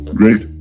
great